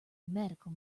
medical